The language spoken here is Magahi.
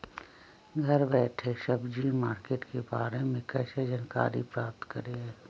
घर बैठे सब्जी मार्केट के बारे में कैसे जानकारी प्राप्त करें?